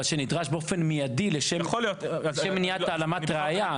אבל שנדרש באופן מידי לשם מניעת העלמת ראיה.